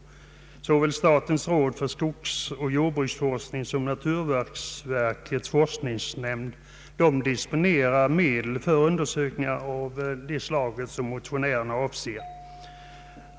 Såväl statens råd för skogsoch jord bruksforskning som naturvårdsverkets forskningsnämnd disponerar medel för undersökningar av det slag som motionärerna avser.